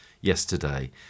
yesterday